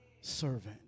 servant